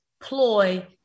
ploy